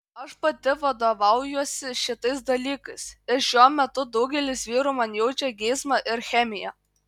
aš pati vadovaujuosi šitais dalykais ir šiuo metu daugelis vyrų man jaučia geismą ir chemiją